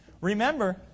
Remember